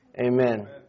Amen